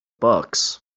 books